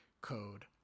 code